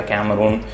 Cameroon